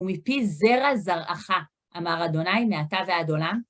ומפי זרע זרעך, אמר אדוני מעתה ועד עולם.